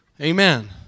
Amen